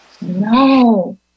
No